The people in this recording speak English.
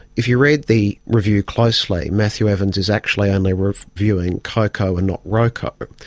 if you read the review closely, matthew evans is actually only reviewing coco and not roco.